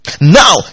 now